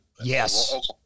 Yes